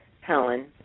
Helen